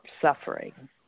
suffering